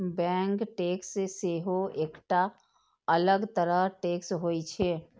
bank tax सेहो एकटा अलग तरह टैक्स होइ छै